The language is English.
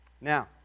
Now